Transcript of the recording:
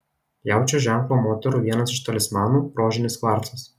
jaučio ženklo moterų vienas iš talismanų rožinis kvarcas